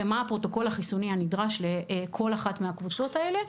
ומה הפרוטוקול החיסוני הנדרש לכל אחת מהקבוצות האלה.